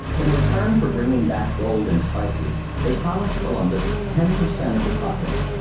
in return for bringing back gold and spices, they promised columbus ten percent of the profits,